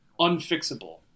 Unfixable